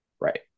right